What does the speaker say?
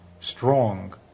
strong